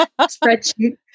spreadsheet